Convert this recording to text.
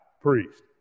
priest